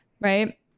Right